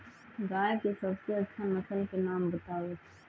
गाय के सबसे अच्छा नसल के नाम बताऊ?